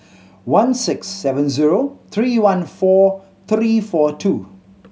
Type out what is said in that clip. one six seven zero three one four three four two